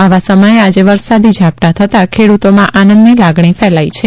આવા સમયે આજે વરસાદી ઝાપટાં થતાં ખેડૂતોમાં આનંદની લાગણી ફેલાઈ છે